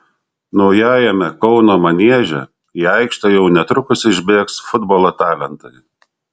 naujajame kauno manieže į aikštę jau netrukus išbėgs futbolo talentai